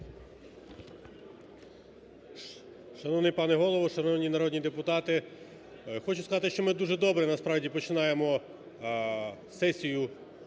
Дякую.